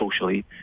socially